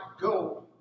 go